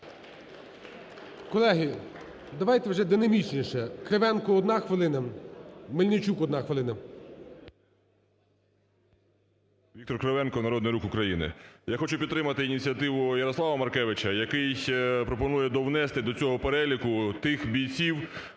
Колеги, давайте вже динамічніше. Кривенко, одна хвилина. Мельничук, одна хвилина. 13:01:45 КРИВЕНКО В.М. Віктор Кривенко, "Народний рух України". Я хочу підтримати ініціативу Ярослава Маркевича, який пропонує довнести до цього переліку тих бійців,